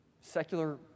secular